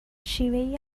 شیوهای